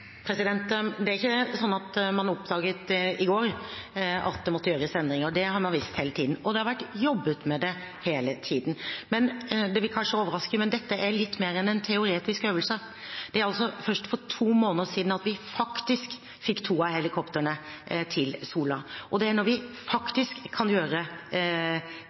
Det er ikke slik at man oppdaget i går at det måtte gjøres endringer. Det har man visst hele tiden, og det har vært jobbet med det hele tiden. Det vil kanskje overraske, men dette er litt mer enn en teoretisk øvelse. Det var først for to måneder siden at vi fikk to av helikoptrene til Sola. Det er når vi faktisk kan gjøre